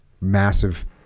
Massive